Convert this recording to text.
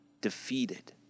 defeated